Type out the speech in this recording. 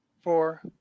four